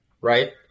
right